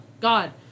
God